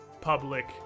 public